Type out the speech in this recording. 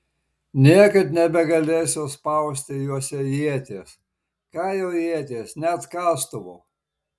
niekad nebegalėsiu spausti juose ieties ką jau ieties net kastuvo